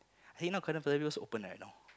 eh you know open right now